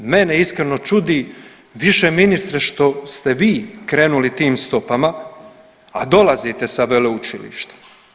Mene iskreno čudi više ministre što ste vi krenuli tim stopama, a dolazite sa veleučilišta.